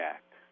Act